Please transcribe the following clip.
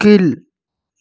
கீழ்